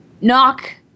Knock